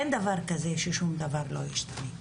אין דבר כזה ששום דבר לא ישתנה,